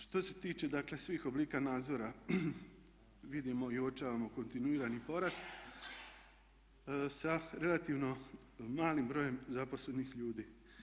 Što se tiče dakle svih oblika nadzora, vidimo i uočavamo kontinuirani porast sa relativno malim brojem zaposlenih ljudi.